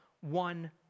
one